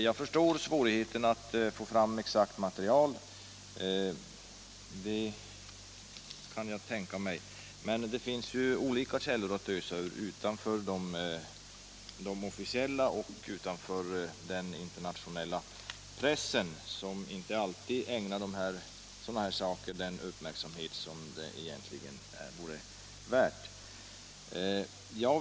Jag förstår att det är svårt att få fram material, men det finns ju källor att ösa ur utanför de officiella och utanför den internationella pressen, som inte alltid ägnar sådana här frågor den uppmärksamhet som de egentligen förtjänar.